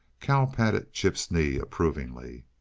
cal patted chip's knee approvingly.